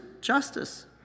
justice